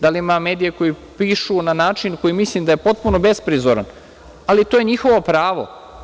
Da li ima medija koji pišu na način koji mislim da je potpuno besprizoran, ali to je njihovo pravo?